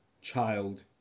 child